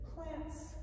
Plants